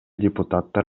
депутаттар